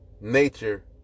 nature